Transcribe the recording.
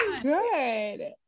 Good